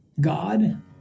God